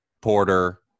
porter